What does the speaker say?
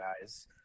guys